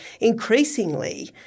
increasingly